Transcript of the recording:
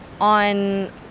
on